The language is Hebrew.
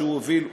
הוא הוביל,